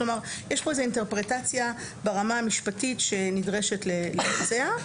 כלומר יש פה איזה אינטרפרטציה ברמה המשפטית שנדרשת לבצע,